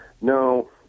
no